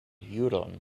juron